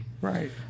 right